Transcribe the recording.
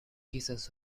kisses